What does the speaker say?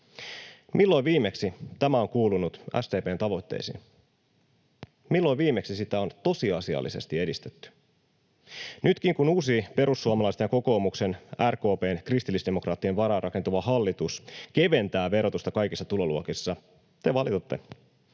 Milloin viimeksi tämä on kuulunut SDP:n tavoitteisiin? Milloin viimeksi sitä on tosiasiallisesti edistetty? Nytkin, kun uusi perussuomalaisten, kokoomuksen, RKP:n ja kristillisdemokraattien varaan rakentuva hallitus keventää verotusta kaikissa tuloluokissa, te valitatte.